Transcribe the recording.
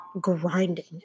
grinding